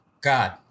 God